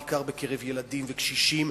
בעיקר בקרב ילדים וקשישים,